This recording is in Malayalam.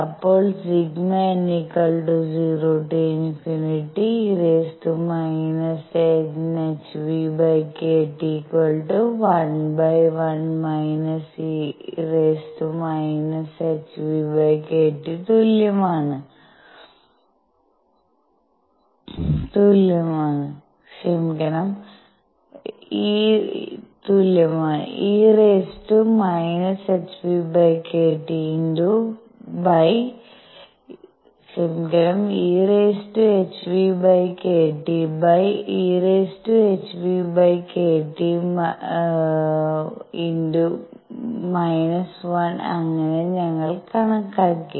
ഇപ്പോൾ ∑ ∞ₙ₌₀e⁻ⁿʰᵛᵏᵀ 11 e⁻ʰᵛᵏᵀ തുല്യമാണ് eʰᵛᵏᵀeʰᵛᵏᵀ 1 അങ്ങനെ ഞങ്ങൾ കണക്കാക്കി